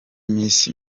miss